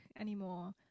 anymore